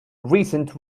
recent